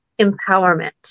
empowerment